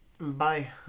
Bye